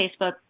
Facebook